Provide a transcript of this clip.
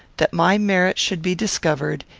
that my merit should be discovered,